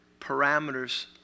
parameters